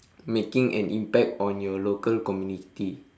making an impact on your local community